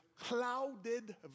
clouded